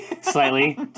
slightly